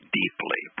deeply